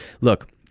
look